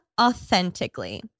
authentically